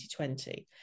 2020